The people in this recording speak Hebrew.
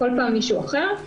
כל פעם מישהו אחר,